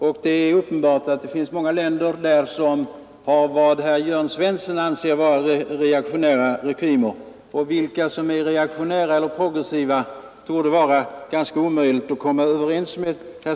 Av dessa har uppenbart många vad herr Svensson i Malmö kallar reaktionära regimer. Det torde vara ganska svårt att komma överens med herr Svensson om vilka länder som är reaktionära eller progressiva.